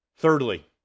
Thirdly